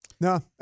No